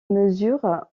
mesure